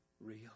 real